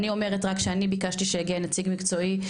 אני אומרת רק שאני ביקשתי שיגיע נציג מקצועי,